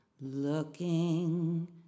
looking